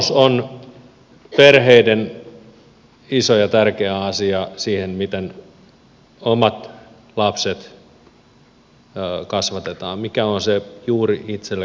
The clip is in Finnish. valinnanvapaus on perheiden iso ja tärkeä asia siinä miten omat lapset kasvatetaan mikä on se juuri itselle sopiva vaihtoehto